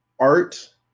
art